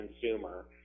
consumer